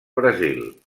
brasil